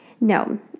No